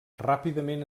ràpidament